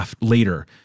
later